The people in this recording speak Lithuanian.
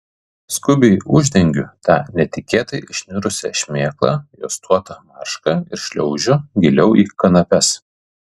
skubiai uždengiu tą netikėtai išnirusią šmėklą juostuota marška ir šliaužiu giliau į kanapes